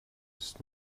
ist